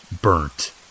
burnt